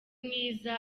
mwiza